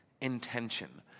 intention